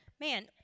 man